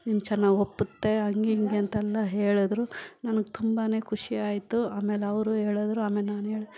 ನಿನ್ಗೆ ಚೆನ್ನಾಗ್ ಒಪ್ಪುತ್ತೆ ಹಂಗಿಂಗೆ ಅಂತೆಲ್ಲ ಹೇಳಿದ್ರು ನನಗೆ ತುಂಬಾ ಖುಷಿಯಾಯ್ತು ಆಮೇಲೆ ಅವರು ಹೇಳದ್ರು ಆಮೇಲೆ ನಾನೇಳಿ